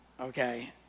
okay